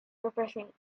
refreshing